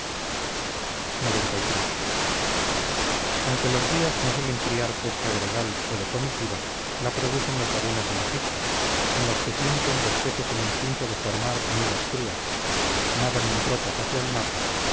xciii aunque los ríos no suelen criar pesca gregal o de comitiva la producen las lagunas del egipto en las que sienten los peces el instinto de formar nuevas crías nadan en tropas hacia el mar